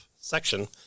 section